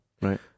Right